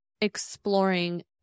exploring